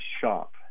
Shop